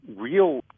real